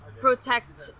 protect